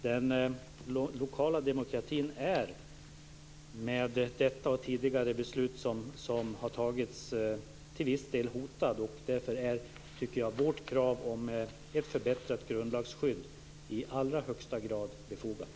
Den lokala demokratin är med detta beslut och tidigare beslut som har fattats till viss del hotad. Därför är vårt krav om ett förbättrat grundlagsskydd i allra högsta grad befogat.